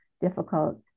difficult